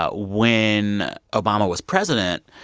ah when obama was president,